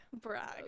Brag